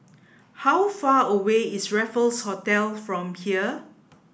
how far away is Raffles Hotel from here